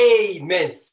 Amen